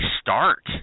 start